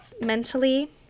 mentally